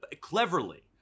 cleverly